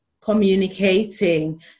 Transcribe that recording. communicating